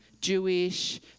Jewish